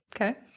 Okay